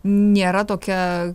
nėra tokia